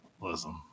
Listen